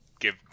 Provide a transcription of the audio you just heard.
give